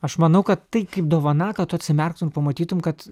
aš manau kad tai kaip dovana kad tu atsimerktum pamatytum kad